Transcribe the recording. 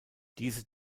diese